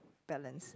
balance